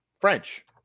french